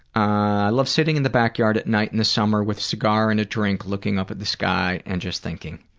i love sitting in the back yard at night in the summer with a cigar and a drink looking up at the sky and just thinking.